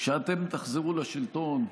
כשאתם תחזרו לשלטון,